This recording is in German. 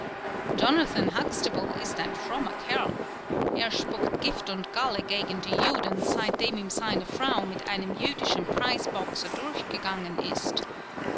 jonathan huxtable ist ein frommer kerl er spuckt gift und galle gegen die juden seitdem ihm seine frau mit einem jüdischen preisboxer durchgegangen ist